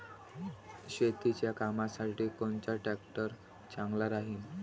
शेतीच्या कामासाठी कोनचा ट्रॅक्टर चांगला राहीन?